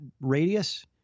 radius